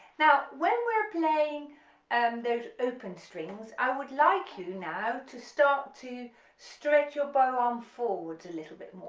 now when we're playing and those open strings i would like you now to start to stretch your bow arm forwards a little bit